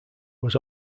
was